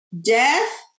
Death